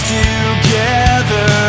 together